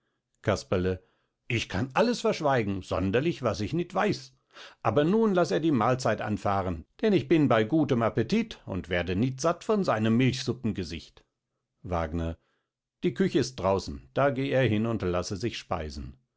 casperle ich kann alles verschweigen sonderlich was ich nit weiß aber nun laß er die malzeit anfahren denn ich bin bei gutem appetit und werd nit satt von seinem milchsuppengesicht wagner die küch ist draußen da geh er hin und laße sich speisen